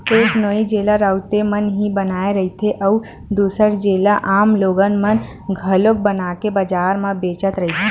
एक नोई जेला राउते मन ही बनाए रहिथे, अउ दूसर जेला आम लोगन मन घलोक बनाके बजार म बेचत रहिथे